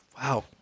Wow